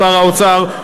שר האוצר,